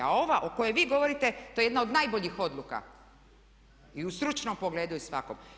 A ova o kojoj vi govorite to je jedna od najboljih odluka i u stručnom pogledu i svakom.